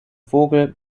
vogel